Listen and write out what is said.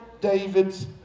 David's